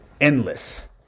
endless